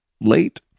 late